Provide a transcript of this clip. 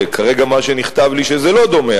כרגע מה שנכתב לי הוא שזה לא דומה,